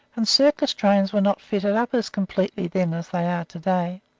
and circus trains were not fitted up as completely then as they are to-day.